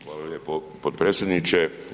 Hvala lijepo potpredsjedniče.